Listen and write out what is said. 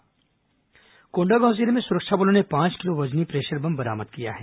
pressure bomb बरामद कोंडागांव जिले में सुरक्षा बलों ने पांच किलो वजनी प्रेशर बम बरामद किया है